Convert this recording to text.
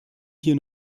hier